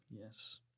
Yes